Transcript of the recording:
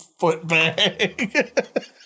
Footbag